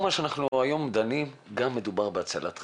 גם במה שאנחנו דנים היום מדובר בהצלת חיים.